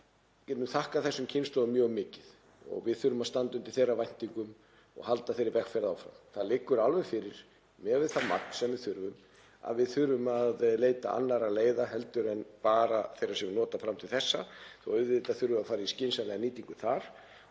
Við getum þakkað þessum kynslóðum mjög mikið og við þurfum að standa undir væntingum og halda þeirri vegferð áfram. Það liggur alveg fyrir miðað við það magn sem við þurfum að við þurfum að leita annarra leiða heldur en bara þeirra sem við höfum notað fram til þessa, þó að auðvitað þurfum við að fara í skynsamlega nýtingu þar.